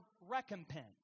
recompense